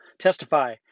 testify